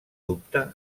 dubte